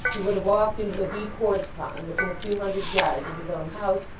he would have walked into a deep horsepond within a few hundred yards of his own house,